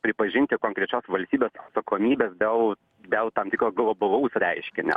pripažinti konkrečios valstybės atsakomybės dėl dėl tam tikro globalaus reiškinio